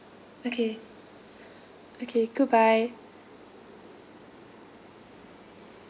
okay okay goodbye